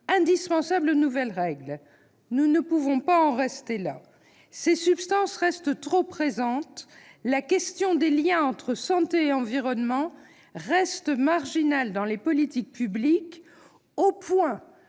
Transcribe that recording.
indispensable aux nouvelles règles. Nous ne pouvons en rester là ! Ces substances restent trop présentes, la question des liens entre santé et environnement est encore trop marginale dans les politiques publiques, au point